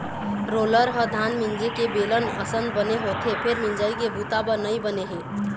roller ह धान मिंजे के बेलन असन बने होथे फेर मिंजई के बूता बर नइ बने हे